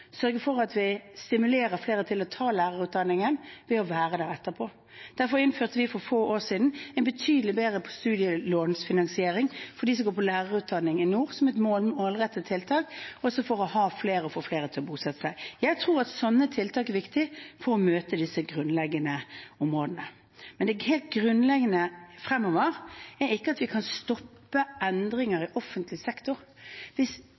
sørge for at vi stimulerer flere til å ta lærerutdanningen og være der etterpå. Derfor innførte vi for få år siden en betydelig bedre studielånfinansiering for dem som går på lærerutdanning i nord, som et målrettet tiltak for å få flere til å bosette seg. Jeg tror at sånne tiltak er viktig for å møte disse grunnleggende utfordringene. Det helt grunnleggende fremover er ikke at vi kan stoppe endringer i offentlig sektor.